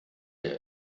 der